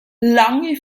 lange